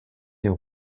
der